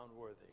worthy